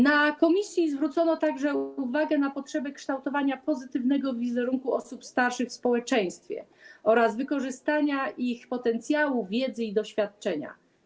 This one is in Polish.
Na posiedzeniu komisji zwrócono także uwagę na potrzebę kształtowania pozytywnego wizerunku osób starszych w społeczeństwie oraz wykorzystania ich potencjału, wiedzy i doświadczenia.